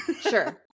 sure